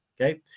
Okay